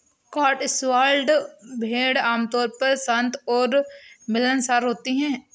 Cotswold भेड़ आमतौर पर शांत और मिलनसार होती हैं